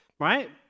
right